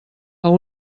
amb